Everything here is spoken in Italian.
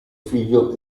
figlio